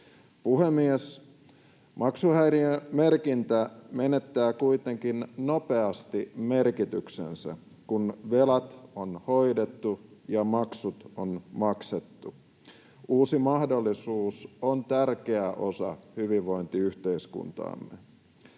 Puhemies! Maksuhäiriömerkintä menettää kuitenkin nopeasti merkityksensä, kun velat on hoidettu ja maksut on maksettu. Uusi mahdollisuus on tärkeä osa hyvinvointiyhteiskuntaamme.